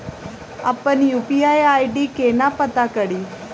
अप्पन UPI ID केना पत्ता कड़ी?